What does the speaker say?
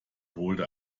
holte